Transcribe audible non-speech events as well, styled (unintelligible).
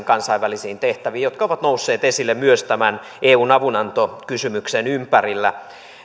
(unintelligible) kansainvälisiin tehtäviin jotka ovat nousseet esille myös tämän eun avunantokysymyksen ympärillä